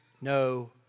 no